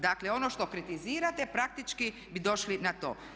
Dakle, ono što kritizirate praktički bi došli na to.